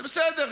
זה בסדר,